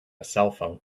cellphone